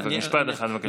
משפט אחד, בבקשה.